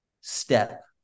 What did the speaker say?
step